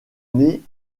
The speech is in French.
née